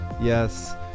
Yes